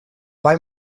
bei